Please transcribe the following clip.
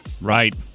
Right